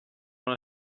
una